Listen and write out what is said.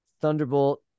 Thunderbolt